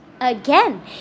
again